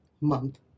month